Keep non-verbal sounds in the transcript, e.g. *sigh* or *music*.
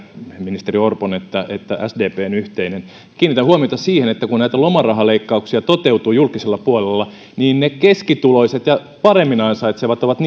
ministeri orpon että että sdpn yhteinen kiinnitän huomiota siihen että kun näitä lomarahaleikkauksia toteutui julkisella puolella niin ne keskituloiset ja paremmin ansaitsevat ovat *unintelligible*